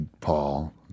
Paul